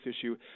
issue